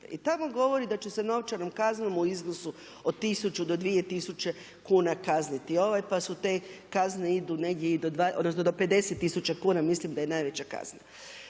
I tamo govori da će se novčanom kaznom u iznosu od 1000 do 2000 kuna kazniti pa te kazne idu negdje i do 50000 kuna, mislim da je najveća kazna.